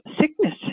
sickness